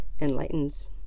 enlightens